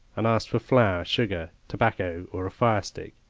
and ask for flour, sugar, tobacco, or a firestick.